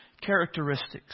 characteristics